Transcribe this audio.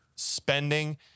spending